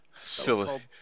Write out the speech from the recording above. Silly